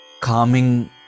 calming